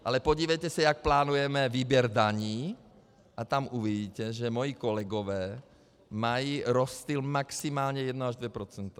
Ale podívejte se, jak plánujeme výběr daní, a tam uvidíte, že moji kolegové mají rozptyl maximálně 1 až 2 %.